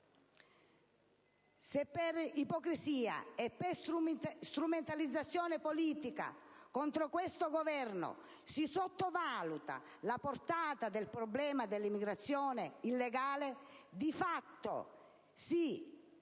Se per ipocrisia e strumentalizzazione politica contro questo Governo si sottovaluta la portata del problema dell'immigrazione illegale, di fatto si